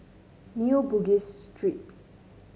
New Bugis Street